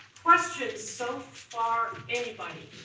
questions so far, anybody?